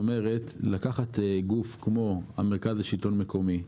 כלומר לקחת גוף כמו מרכז השלטון המקומי,